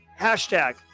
hashtag